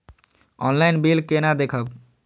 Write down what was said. Online bill केना देखब?